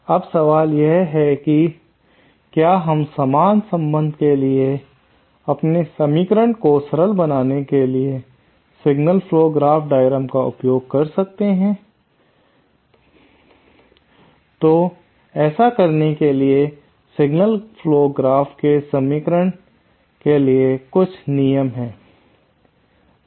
अब सवाल यह है कि क्या हम समान संबंध के लिए अपने समीकरण को सरल बनाने के लिए सिग्नल फ्लो ग्राफ डायग्राम का उपयोग कर सकते हैं प्रोग्राम तो ऐसा करने के लिए सिग्नल फ्लो ग्राफ के सरलीकरण के लिए कुछ नियम है